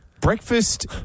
Breakfast